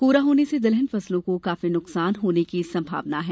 कोहरा होने से दलहन फसलों को काफी नुकसान होने की संभावना है